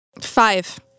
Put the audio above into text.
Five